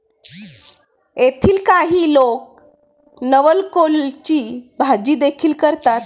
येथील काही लोक नवलकोलची भाजीदेखील करतात